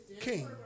king